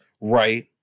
right